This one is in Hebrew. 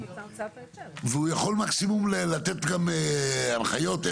והוא יכול מקסימום לתת הנחיות.